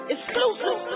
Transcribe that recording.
Exclusive